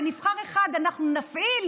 לנבחר אחד אנחנו נפעיל